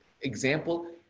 example